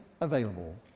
available